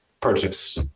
purchase